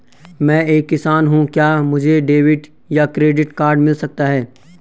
मैं एक किसान हूँ क्या मुझे डेबिट या क्रेडिट कार्ड मिल सकता है?